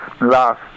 last